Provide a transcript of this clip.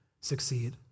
succeed